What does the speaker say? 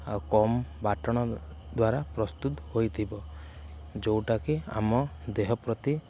ଆଉ କମ୍ ବାଟଣ ଦ୍ୱାରା ପ୍ରସ୍ତୁତ ହୋଇଥିବ ଯେଉଁଟାକି ଆମ ଦେହ ପ୍ରତି